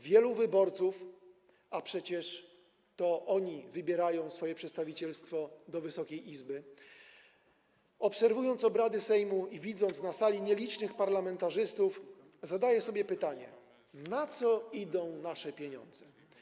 Wielu wyborców - a przecież to oni wybierają swoje przedstawicielstwo do Wysokiej Izby - obserwując obrady Sejmu i widząc na sali nielicznych parlamentarzystów, zadaje sobie pytanie: Na co idą nasze pieniądze?